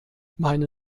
meine